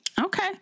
Okay